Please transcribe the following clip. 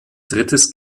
drittes